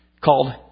called